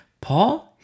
Paul